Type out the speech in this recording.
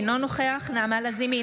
אינו נוכח נעמה לזימי,